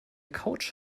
couch